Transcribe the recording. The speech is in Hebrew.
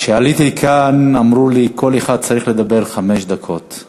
כשעליתי לכאן אמרו לי: כל אחד צריך לדבר חמש דקות,